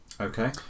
Okay